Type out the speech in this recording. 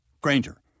Granger